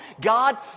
God